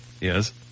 Yes